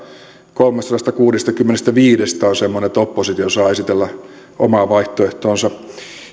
kolmestasadastakuudestakymmenestäviidestä on semmoinen että oppositio saa esitellä omaa vaihtoehtoansa